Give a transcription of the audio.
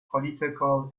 political